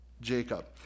Jacob